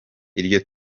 iryo